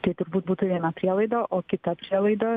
tai turbūt būtų viena prielaida o kita prielaida